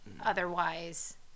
otherwise